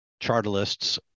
chartalists